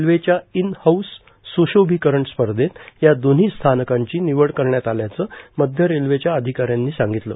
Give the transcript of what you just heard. रेल्वेच्या in house स्रशोभिकरण स्पर्धेत या दोन्ही स्थानकांची निवड करण्यात आल्याचं मध्य रेल्वेच्या अधिकाऱ्यांनी सांगितलं